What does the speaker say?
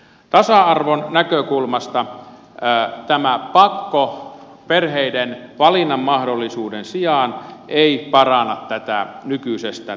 tasa arvon näkökulmasta tämä pakko perheiden valinnanmahdollisuuden sijaan ei paranna tätä nykyisestään